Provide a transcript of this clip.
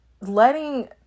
letting